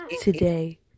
today